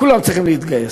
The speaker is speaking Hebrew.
כולם צריכים להתגייס,